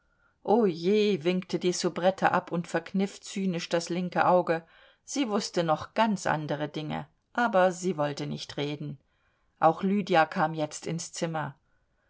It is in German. o jeh winkte die soubrette ab und verkniff zynisch das linke auge sie wußte noch ganz andere dinge aber sie wollte nicht reden auch lydia kam jetzt ins zimmer